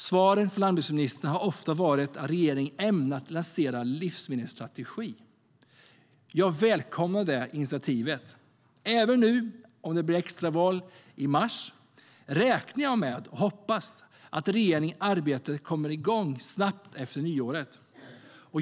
Svaren från landsbygdsministern har oftast varit att regeringen ämnar lansera en livsmedelsstrategi. Jag välkomnar det initiativet. Om det ska bli ett extra val i mars hoppas jag och räknar ändå med att regeringens arbete kommer igång snabbt efter nyåret.